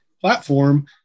platform